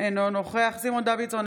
אינו נוכח סימון דוידסון,